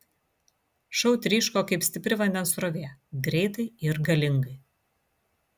šou tryško kaip stipri vandens srovė greitai ir galingai